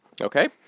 Okay